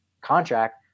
contract